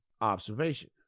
observation